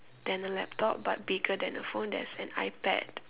than a laptop but bigger than a phone there's iPad